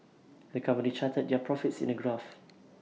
the company charted their profits in A graph